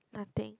nothing